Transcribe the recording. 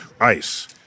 Ice